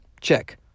Check